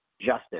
justice